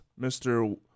mr